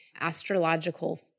astrological